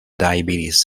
diabetes